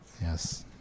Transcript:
Yes